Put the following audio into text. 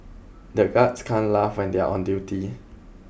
the guards can't laugh when they are on duty